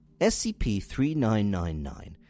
SCP-3999